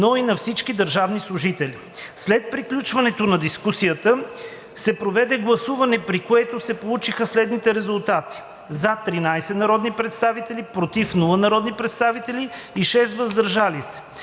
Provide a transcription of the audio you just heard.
но и на всички държавни служители. След приключване на дискусията се проведе гласуване, при което се получиха следните резултати: „за“ – 13 народни представители, без „против“ и 6 „въздържал се“.